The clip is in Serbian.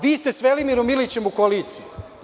Vi ste sa Velimirom Ilićem u koaliciji.